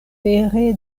pere